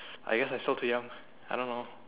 I guess I am still too young I don't know